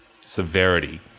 severity